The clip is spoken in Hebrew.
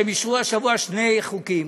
בגלל שהם אישרו השבוע שני חוקים,